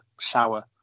shower